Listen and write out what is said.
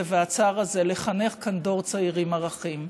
והצער הזה לחנך כאן דור צעיר עם ערכים.